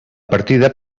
partida